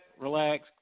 relax